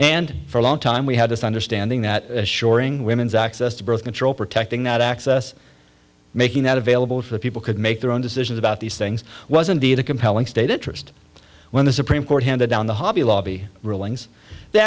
and for a long time we had this understanding that shoring women's access to birth control protecting that access making that available for people could make their own decisions about these things was indeed a compelling state interest when the supreme court handed down the hobby lobby rulings they